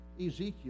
Ezekiel